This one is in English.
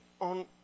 on